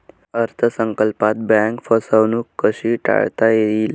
अर्थ संकल्पात बँक फसवणूक कशी टाळता येईल?